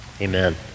Amen